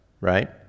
right